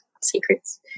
secrets